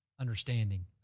understanding